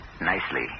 Nicely